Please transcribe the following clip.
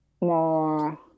more